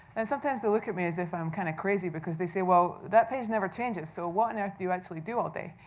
and sometimes they look at me as if i'm kind of crazy, because they say, well that page never changes, so what on and earth do you actually do all day?